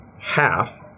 Half